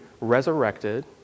resurrected